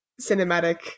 cinematic